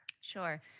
Sure